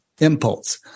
impulse